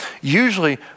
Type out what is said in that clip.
Usually